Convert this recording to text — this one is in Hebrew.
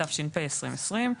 התש"ף-2020,